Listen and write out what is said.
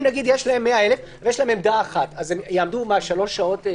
אם יש 100,000, ויש עמדה אחת, יעמדו שלוש שעות?